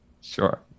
Sure